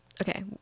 okay